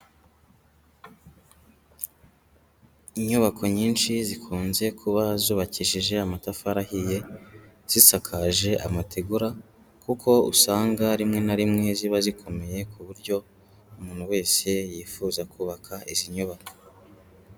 Inyubako nyinshi zikunze kuba zubakishije amatafari ahiye, zisakaje amategura kuko usanga rimwe na rimwe ziba zikomeye ku buryo umuntu wese yifuza kubaka izi nyubako.